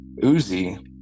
Uzi